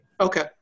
Okay